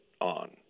on